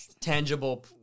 Tangible